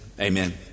amen